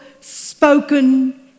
spoken